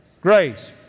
Grace